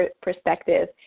perspective